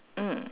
mm